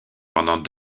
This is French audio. pendant